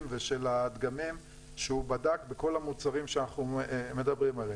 ושל הדגמים שהוא בדק בכל המוצרים שאנחנו מדברים עליהם.